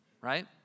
right